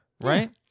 right